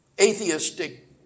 atheistic